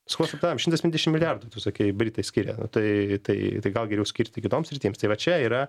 skolos aptaram šimtas pendešim milijardų tu sakei britai skiria tai tai tai gal geriau skirti kitoms sritims tai va čia yra